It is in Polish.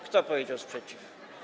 Kto powiedział: sprzeciw?